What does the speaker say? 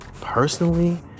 personally